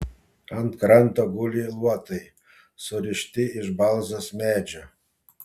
ant kranto guli luotai surišti iš balzos medžio